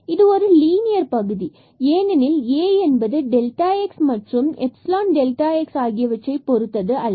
இது ஒரு லீனியர் பகுதி ஏனெனில் A என்பது x andϵx ஆகியவற்றைப் பொறுத்தது அல்ல